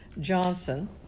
Johnson